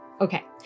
Okay